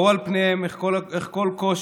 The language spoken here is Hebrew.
ראו על פניהם איך כל קושי,